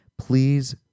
please